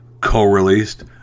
co-released